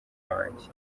wanjye